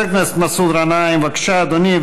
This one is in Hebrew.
חבר הכנסת מסעוד גנאים, בבקשה, אדוני.